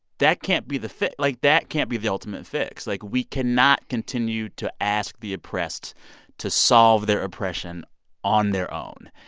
that can't be the fix like, that can't be the ultimate fix. like, we cannot continue to ask the oppressed to solve their oppression on their own.